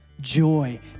Joy